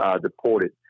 deported